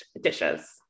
dishes